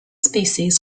species